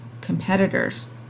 competitors